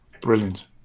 Brilliant